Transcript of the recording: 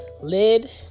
lid